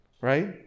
right